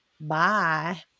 bye